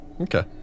Okay